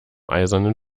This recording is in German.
eisernen